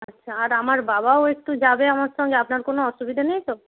আচ্ছা আর আমার বাবাও একটু যাবে আমার সঙ্গে আপনার কোনো অসুবিধা নেই তো